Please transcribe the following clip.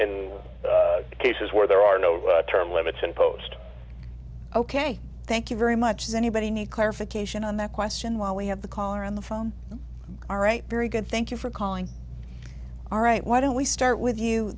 in cases where there are no term limits imposed ok thank you very much anybody need clarification on that question while we have the caller on the phone all right very good thank you for calling all right why don't we start with you